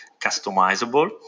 customizable